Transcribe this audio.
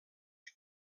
que